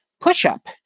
push-up